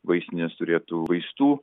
vaistinės turėtų vaistų